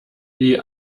die